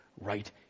right